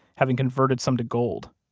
having converted some to gold,